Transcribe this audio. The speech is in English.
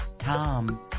Tom